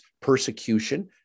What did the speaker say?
persecution